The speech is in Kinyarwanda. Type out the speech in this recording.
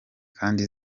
kandi